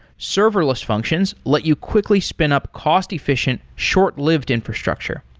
serverless functions let you quickly spin up cost-efficient, short-lived infrastructure.